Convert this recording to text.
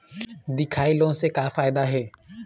दिखाही लोन से का फायदा हे?